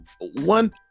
One